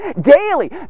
daily